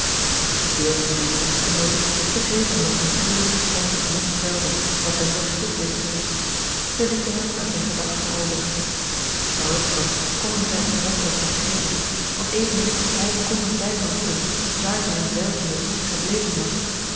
de deelnemende echtgenooten begrepen wat hun treurig gestemden vriend kwelde wat hem zoo stil deed zijn zij lieten hem aan zijne gedachten over troost toch konden zij onmogelijk hem geven want evenmin als hij konden zij vermoeden waar zijn zwervende vriend gebleven was